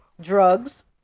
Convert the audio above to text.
Drugs